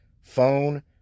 phone